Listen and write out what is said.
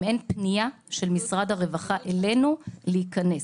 אין פניה של משרד הרווחה אלינו להיכנס.